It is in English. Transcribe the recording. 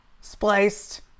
spliced